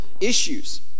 issues